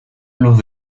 los